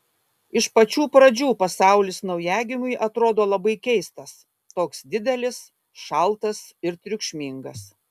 iš pačių pradžių pasaulis naujagimiui atrodo labai keistas toks didelis šaltas ir triukšmingas